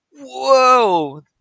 whoa